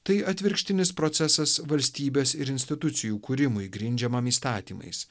tai atvirkštinis procesas valstybės ir institucijų kūrimui grindžiamam įstatymais